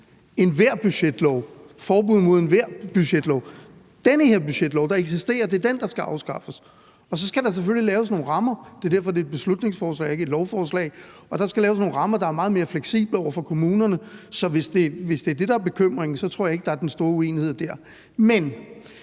Der står jo ikke forbud mod enhver budgetlov. Det er den her budgetlov, der eksisterer, der skal afskaffes, og så skal der selvfølgelig laves nogle rammer. Det er derfor, det er et beslutningsforslag og ikke et lovforslag. Og der skal laves nogle rammer, der er meget mere fleksible over for kommunerne. Så hvis det er det, der er bekymringen, så tror jeg ikke, der er den store uenighed dér. Men